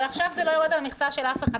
אבל עכשיו זה לא על מכסה של אף אחד.